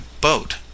boat